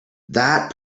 that